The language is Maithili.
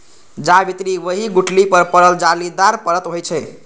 जावित्री ओहि गुठली पर पड़ल जालीदार परत होइ छै